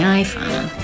iPhone